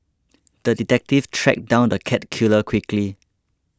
the detective tracked down the cat killer quickly